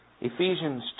Ephesians